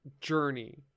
journey